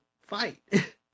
fight